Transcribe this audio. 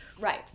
Right